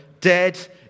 dead